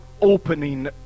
opening